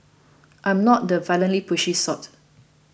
I'm not the violently pushy sort